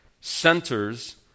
centers